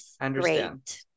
understand